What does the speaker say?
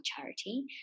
charity